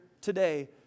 today